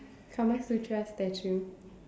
Kama-Sutra statue